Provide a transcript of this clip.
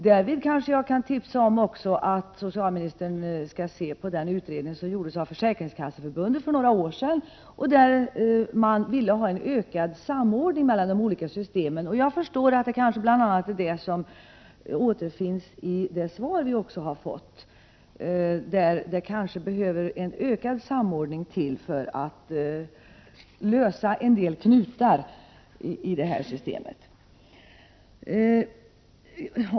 Därmed kan jag kanske tipsa socialministern om att också se på den utredning som gjordes av Försäkringskasseförbundet för några år sedan och där man ville ha en ökad samordning mellan de olika systemen. Kanske litet av detta återfinns i det svar som jag fick i dag, där det talas om en ökad samordning för att lösa en del knutar inom systemet.